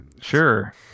Sure